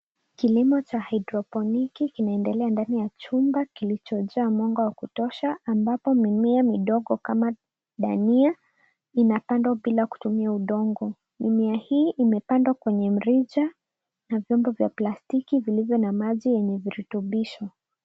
Kilimo cha hydroponic kimeendelea ndani ya chumba kilichojaa mwanga wa kutosha ambapo mimea midogo kama dania inapandwa bila kutumia udongo. Mimea hii imepandwa kwenye mrija na vyombo vya plastiki vilivyo na maji yenye virutubisho.